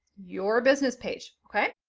your business page. okay?